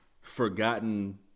forgotten